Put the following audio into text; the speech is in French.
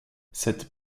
cette